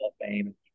Fame